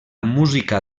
música